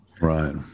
Right